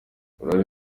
uruhare